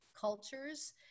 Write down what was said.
cultures